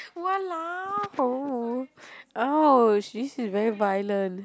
!walao! oh she is very violent